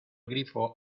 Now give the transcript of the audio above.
grifo